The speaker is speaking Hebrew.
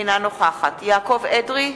אינה נוכחת יעקב אדרי,